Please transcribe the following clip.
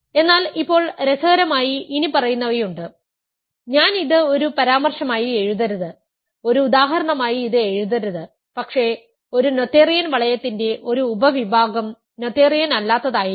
എന്നാൽ ഇപ്പോൾ രസകരമായി ഇനിപ്പറയുന്നവയുണ്ട് ഞാൻ ഇത് ഒരു പരാമർശമായി എഴുതരുത് ഒരു ഉദാഹരണമായി ഇത് എഴുതരുത് പക്ഷേ ഒരു നോതെറിയൻ വളയത്തിന്റെ ഒരു ഉപവിഭാഗം നോതെറിയൻ അല്ലാത്തതായിരിക്കാം